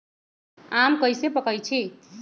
आम कईसे पकईछी?